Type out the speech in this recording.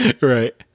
right